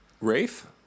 Rafe